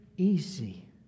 easy